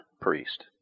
priest